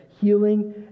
healing